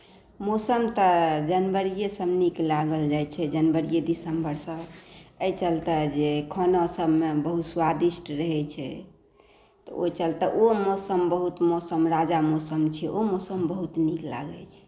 मौसम तऽ जनवरिए सभ नीक लागल जाइ छै जनवरीए दिसम्बरसँ एहि चलते जे खाना सबमे बहुत स्वादिष्ट रहै छै तऽ ओहि चलते ओ मौसम बहुत राजा मौसम छै ओ मौसम बहुत नीक लागै छै